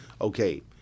okay